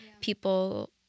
people